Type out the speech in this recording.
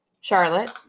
Charlotte